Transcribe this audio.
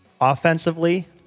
offensively